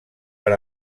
per